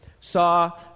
saw